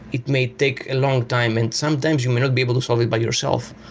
it may take a long time and sometimes you may not be able to solve it by yourself.